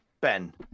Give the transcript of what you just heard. Ben